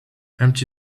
empty